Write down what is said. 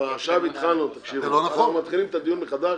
עכשיו אנחנו מתחילים את הדיון מחדש.